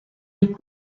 des